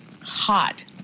hot